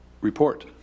report